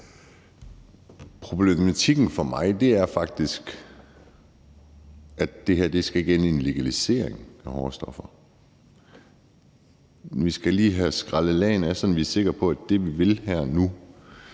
Problematikken for mig er faktisk, at det her ikke skal ende i en legalisering af hårde stoffer. Vi skal lige have skraldet lagene af det, sådan at vi er sikre på, at det, vi vil her nu,